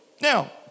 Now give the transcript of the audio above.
Now